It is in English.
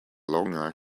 longer